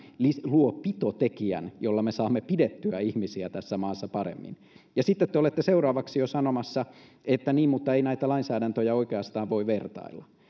luo pitotekijän jolla me saamme pidettyä ihmisiä tässä maassa paremmin ja sitten te olette seuraavaksi jo sanomassa että niin mutta ei näitä lainsäädäntöjä oikeastaan voi vertailla